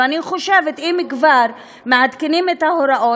ואני חושבת שאם כבר מעדכנים את ההוראות,